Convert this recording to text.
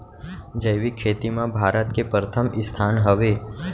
जैविक खेती मा भारत के परथम स्थान हवे